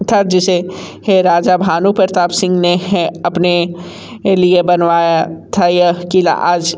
था जिसे राजा भानु प्रताप सिंह ने अपने लिए बनवाया था यह क़िला आज